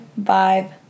vibe